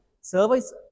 service